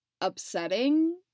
upsetting